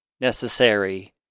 necessary